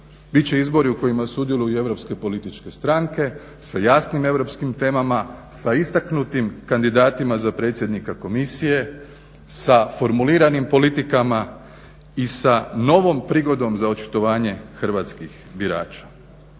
će izbori u kojima sudjeluje i europske političke stranke sa jasnim europskim temama, sa istaknutim kandidatima za predsjednika komisije, sa formuliranim politikama i sa novom prigodom za očitovanje hrvatskih birača.